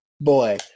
Boy